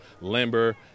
limber